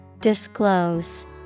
Disclose